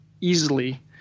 easily